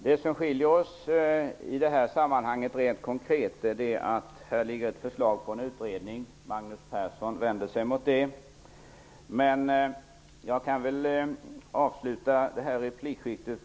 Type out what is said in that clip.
Herr talman! Det finns något som rent konkret skiljer oss åt i detta sammanhang. Det finns ett förslag om en utredning. Magnus Persson vänder sig mot det. Jag skall avsluta detta replikskifte.